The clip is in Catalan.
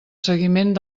seguiment